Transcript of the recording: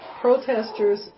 Protesters